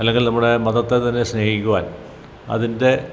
അല്ലെങ്കിൽ നമ്മുടെ മതത്തെ തന്നെ സ്നേഹിക്കുവാൻ അതിൻ്റെ